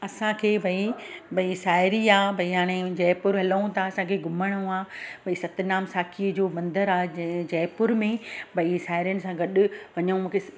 असांखे भई भई साहेड़ी आहे भई हाणे जयपुर हलूं था असांखे घुमिणो आहे भई सतनाम साखीअ जो मंदरु आहे ज जयपुर में भई साहेड़ियुनि सां गॾु वञूं मूंखे